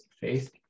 faith